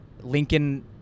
Lincoln